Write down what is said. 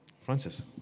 Francis